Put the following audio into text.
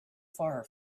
far